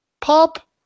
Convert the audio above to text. Pop